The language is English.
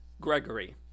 Gregory